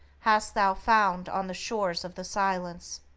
hast thou found on the shores of the silence,